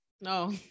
No